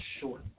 short